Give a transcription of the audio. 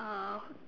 uh